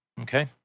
okay